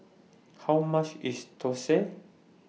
How much IS Thosai